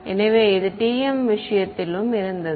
எனவே இது TM விஷயத்திலும் இருந்தது